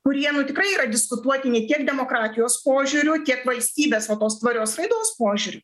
kurie nu tikrai yra diskutuotini tiek demokratijos požiūriu tiek valstybės va tos tvarios raidos požiūriu